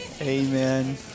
amen